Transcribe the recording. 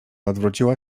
odwróciła